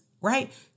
right